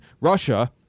Russia